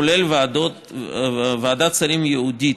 כולל ועדת שרים ייעודית,